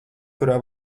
kurā